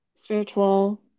spiritual